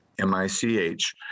M-I-C-H